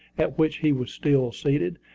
at which he was still seated.